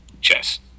chess